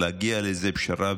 להגיע לאיזו פשרה,